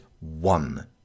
one